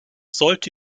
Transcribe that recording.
sollte